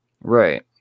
Right